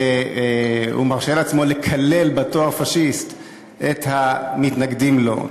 ומרשה לעצמו לקלל בתואר "פאשיסט" את המתנגדים לו.